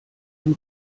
ein